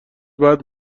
بعد